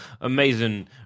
amazing